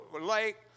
lake